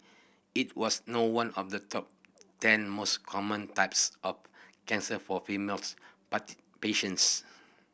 it was not one of the top ten most common types of cancer for females patients